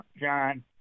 John